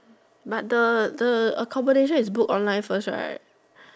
but the the accommodation is book online first right